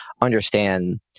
understand